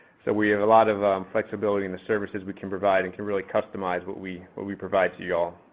so we have a lot of flexibility in the services we can provide and can really customize what we, what we provide to y'all.